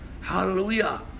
hallelujah